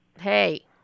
Hey